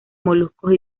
moluscos